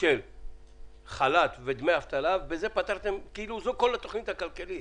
של חל"ת ודמי אבטלה וזאת כל התכנית הכלכלית.